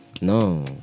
no